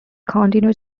continued